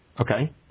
Okay